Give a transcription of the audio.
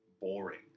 boring